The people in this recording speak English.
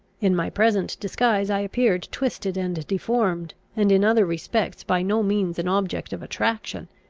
in my present disguise i appeared twisted and deformed, and in other respects by no means an object of attraction.